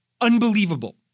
unbelievable